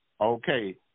okay